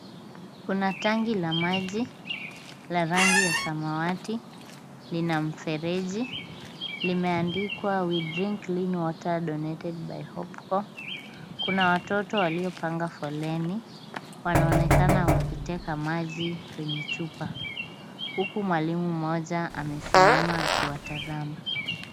Kuna tanki la maji la rangi ya samawati, lina mfereji. Limeandikwa we drink clean water donated by Hopecore . Kuna watoto waliopanga foleni, wanaonekana wakiteka maji kwenye chupa, huku mwalimu mmoja amesimama akiwatazama.